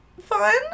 Fun